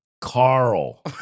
Carl